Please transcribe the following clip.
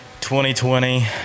2020